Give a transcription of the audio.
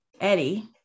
Eddie